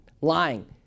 lying